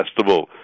Festival